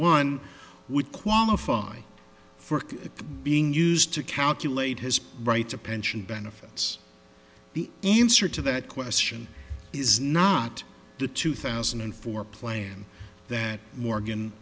one would qualify for it being used to calculate has right to pension benefits the answer to that question is not the two thousand and four plan that morgan